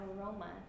aroma